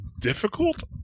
difficult